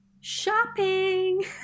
shopping